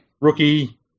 Rookie